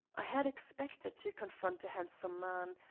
i had expected to confront a handsome man,